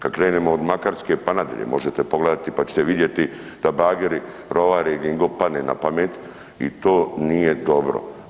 Kad krenemo od Makarske pa nadalje, možete pogledati pa ćete vidjeti da bageri rovare gdje im god padne na pamet i to nije dobro.